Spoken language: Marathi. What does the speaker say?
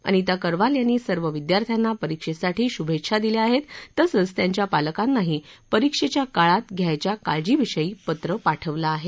अनीता करवाल यांनी सर्व विद्यार्थ्यांना परीक्षेसाठी शुभेच्छा दिल्या आहेत तसंच त्यांच्या पालकांनाही परीक्षेच्या काळात घ्यायच्या काळजीविषयी पत्र पाठवलं आहे